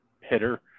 hitter